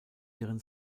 ihren